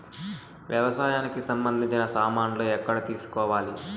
వ్యవసాయానికి సంబంధించిన సామాన్లు ఎక్కడ తీసుకోవాలి?